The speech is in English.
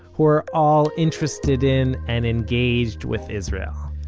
who are all interested in and engaged with israel.